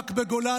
המ"כ בגולני,